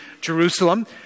Jerusalem